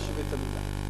לא שווה את המלה.